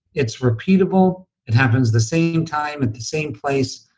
it's repeatable, it happens the same time at the same place.